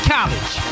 College